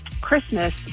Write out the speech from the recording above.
Christmas